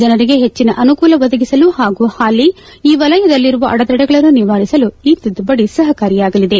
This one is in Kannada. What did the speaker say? ಜನರಿಗೆ ಹೆಚ್ಚಿನ ಅನುಕೂಲ ಒದಗಿಸಲು ಹಾಗೂ ಹಾಲಿ ಈ ವಲಯದಲ್ಲಿರುವ ಅಡೆತಡೆಗಳನ್ನು ನಿವಾರಿಸಲು ಈ ತಿದ್ದುಪಡಿ ಸಹಕಾರಿಯಾಗಲಿದೆ